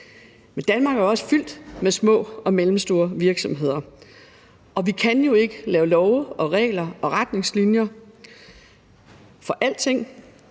Danmark er også fyldt med små og mellemstore virksomheder. Og vi kan jo ikke lave love og regler og retningslinjer for alting.